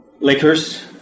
liquors